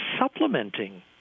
supplementing